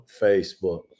Facebook